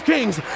Kings